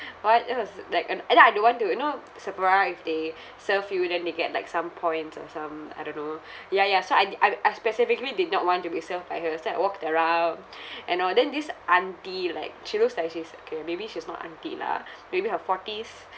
but it was uh like and uh I don't want to you know Sephora if they serve you then they get like some points or some I don't know ya ya so I di~ I I specifically did not want to be served by her so I walked around you know then this auntie like she looks like she's okay maybe she's not auntie lah maybe her forties